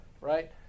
Right